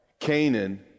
Canaan